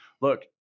Look